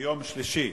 ביום שלישי,